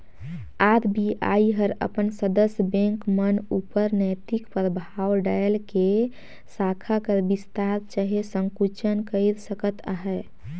RBI हर अपन सदस्य बेंक मन उपर नैतिक परभाव डाएल के साखा कर बिस्तार चहे संकुचन कइर सकत अहे